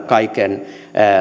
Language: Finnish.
kaikkien